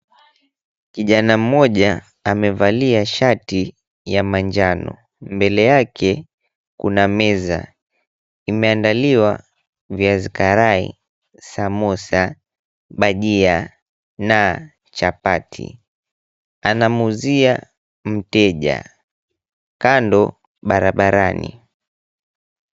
Kijana mmoja amevalia shati ya manjano. Mbele yake kuna meza imeandaliwa viazi karai, samosa, bajia na chapati. Anamuuzia mteja kando barabarani.